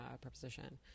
preposition